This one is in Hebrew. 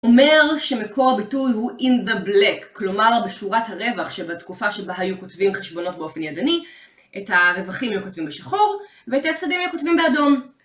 אומר שמקור הביטוי הוא in the black, כלומר בשורת הרווח שבתקופה שבה היו כותבים חשבונות באופן ידני, את הרווחים היו כותבים בשחור ואת ההפסדים היו כותבים באדום.